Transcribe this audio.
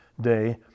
day